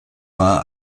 uns